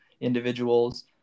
individuals